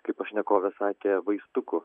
kaip pašnekovė sakė vaistukų